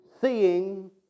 seeing